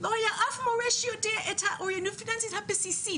לא היה אף מורה שיודע את האוריינות הפיננסית הבסיסית,